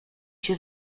się